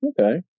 okay